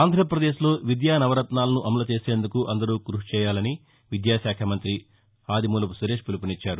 ఆంధ్రాపదేశ్లో విద్యా నవరత్నాలను అమలు చేసేందుకు అందరూ క్పషి చేయాలని విద్యాశాఖ మం్తి ఆదిమూలపు సురేష్ పిలుపునిచ్చారు